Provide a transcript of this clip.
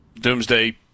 Doomsday